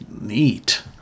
Neat